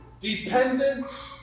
dependence